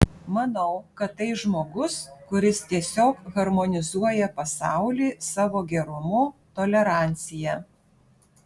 manau kad tai žmogus kuris tiesiog harmonizuoja pasaulį savo gerumu tolerancija